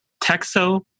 Texo